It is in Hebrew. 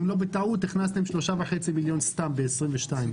אם לא בטעות הכנסתם 3.5 מיליון סתם ב-2022.